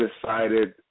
decided